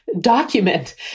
document